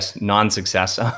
non-success